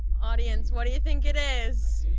audience what do you think it is?